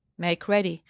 make ready,